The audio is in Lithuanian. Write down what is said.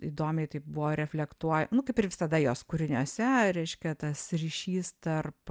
įdomiai tai buvo reflektuoja nu kaip ir visada jos kūriniuose reiškia tas ryšys tarp